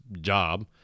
job